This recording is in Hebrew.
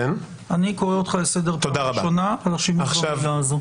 אני קורא אותך לסדר פעם ראשונה על השימוש במילה הזו.